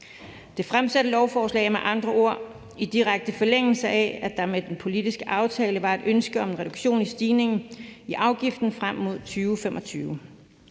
Det fremsatte lovforslag ligger med andre ord i direkte forlængelse af, at der med den politiske aftale var et ønske om en reduktion i stigningen i afgiften frem mod 2025.